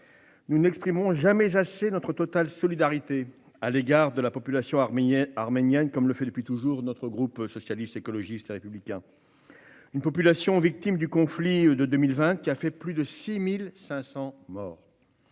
Nous n'exprimerons jamais assez notre totale solidarité à la population arménienne, comme le font depuis toujours les membres du groupe Socialiste, Écologiste et Républicain, population victime du conflit de 2020, qui a fait plus de 6 500 morts,